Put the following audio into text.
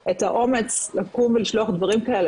האומץ את האומץ לקום ולשלוח דברים כאלה,